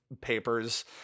papers